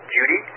Judy